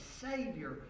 Savior